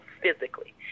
physically